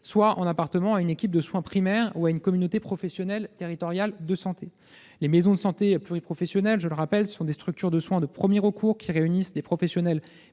soit en appartenant à une équipe de soins primaires ou à une communauté professionnelle territoriale de santé. Les maisons de santé pluriprofessionnelles sont des structures de soins de premier recours, qui réunissent des professionnels